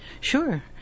Sure